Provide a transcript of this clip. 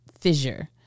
fissure